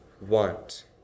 want